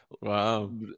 Wow